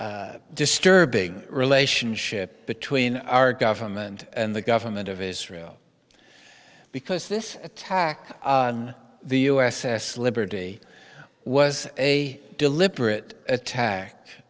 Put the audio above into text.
very disturbing relationship between our government and the government of israel because this attack on the u s s liberty was a deliberate attack